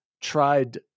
tried